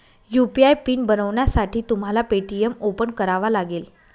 UPI PIN बनवण्यासाठी तुम्हाला Paytm open करावा लागेल